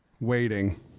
waiting